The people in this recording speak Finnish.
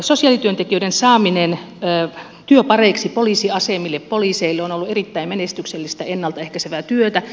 sosiaalityöntekijöiden saaminen työpareiksi poliisiasemille poliiseille on ollut erittäin menestyksellistä ennalta ehkäisevää työtä